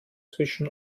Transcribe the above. zwischen